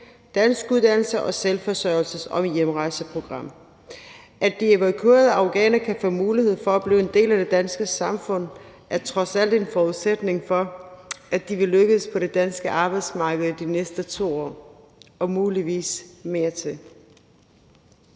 danskuddannelse og selvforsørgelses- og hjemrejseprogram. At de evakuerede afghanere kan få mulighed for at blive en del af det danske samfund, er trods alt en forudsætning for, at de vil lykkes på det danske arbejdsmarked i de næste 2 år og muligvis mere til.